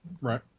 Right